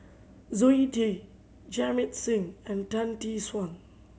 Zoe Tay Jamit Singh and Tan Tee Suan